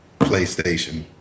PlayStation